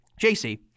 JC